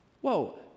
Whoa